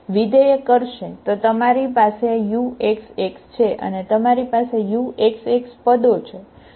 તો તમારી પાસે uxx છે અને તમારી પાસે uxx પદો છે બરાબર